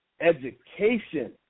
education